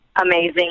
amazing